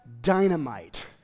dynamite